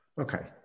Okay